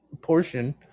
portion